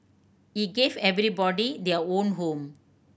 he gave everybody their own home